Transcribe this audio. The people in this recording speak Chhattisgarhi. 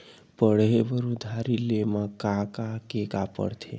पढ़े बर उधारी ले मा का का के का पढ़ते?